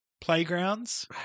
Playgrounds